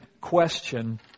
question